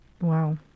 wow